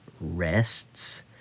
rests